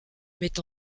met